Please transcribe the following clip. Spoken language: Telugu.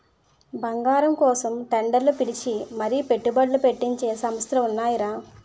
బంగారం కోసం టెండర్లు పిలిచి మరీ పెట్టుబడ్లు పెట్టించే సంస్థలు ఉన్నాయిరా